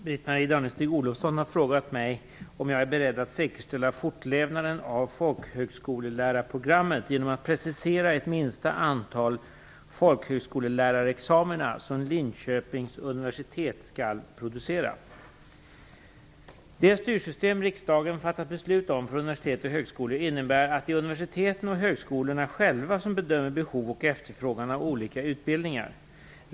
Fru talman! Britt-Marie Danestig-Olofsson har frågat mig om jag är beredd att säkerställa fortlevnaden av folkhögskollärarprogrammet genom att precisera ett minsta antal folkhögskollärarexamina som Linköpings universitet skall producera. Det styrsystem riksdagen fattat beslut om för universitet och högskolor innebär att det är universiteten och högskolorna själva som bedömer behov och efterfrågan av olika utbildningar.